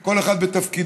כל אחד בתפקידו.